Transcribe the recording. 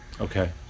Okay